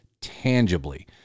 tangibly